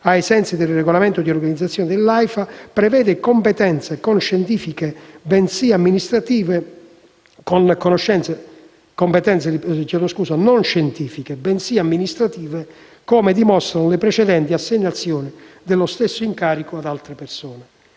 ai sensi del regolamento di organizzazione dell'Aifa, prevede competenze non scientifiche bensì amministrative, come dimostrano le precedenti assegnazioni dello stesso incarico. In merito